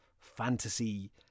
fantasy